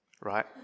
right